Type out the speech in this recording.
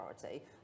priority